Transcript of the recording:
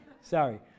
sorry